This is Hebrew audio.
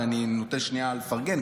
אבל אני נוטה שנייה לפרגן,